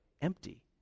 empty